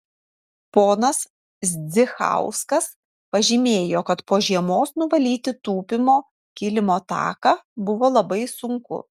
ponas zdzichauskas pažymėjo kad po žiemos nuvalyti tūpimo kilimo taką buvo labai sunku